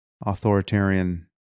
authoritarian